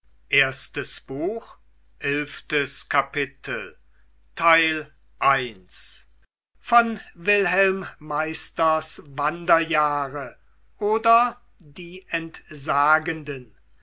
goethe wilhelm meisters wanderjahre oder die entsagenden